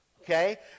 Okay